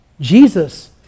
Jesus